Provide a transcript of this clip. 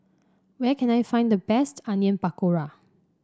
where can I find the best Onion Pakora